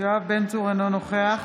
אינו נוכח